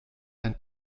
ein